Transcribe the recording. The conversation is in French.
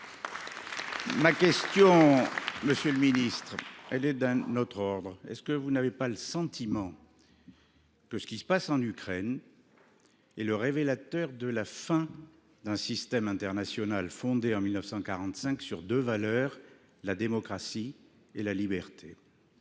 Ma question, monsieur le ministre, est d’un autre ordre. N’avez vous pas le sentiment que ce qui se passe en Ukraine est le révélateur de la fin d’un système international fondé en 1945 sur deux valeurs, la démocratie et la liberté ?